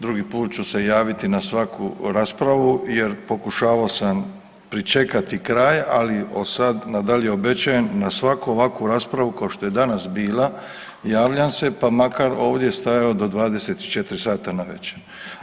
Drugi put ću se javiti na svaku raspravu jer pokušavao sam pričekati kraj, ali od sad na dalje obečajen na svaku ovakvu raspravu kao što je danas bila javljam se pa makar ovdje stajao do 24 sata navečer.